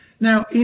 Now